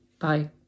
Bye